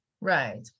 right